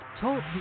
Talk